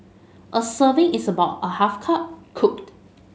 a serving is about a half cup cooked